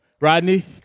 Rodney